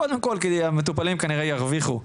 קודם כל כי המטופלים כנראה ירוויחו,